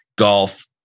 golf